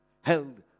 held